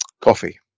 Coffee